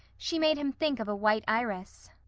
she made him think of a white iris.